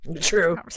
True